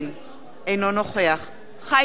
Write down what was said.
אינו נוכח חיים אמסלם,